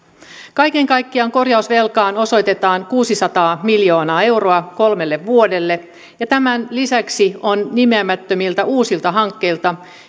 kaiken kaikkiaan korjausvelkaan osoitetaan kuusisataa miljoonaa euroa kolmelle vuodelle ja tämän lisäksi on nimeämättömiltä uusilta hankkeilta